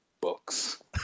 Books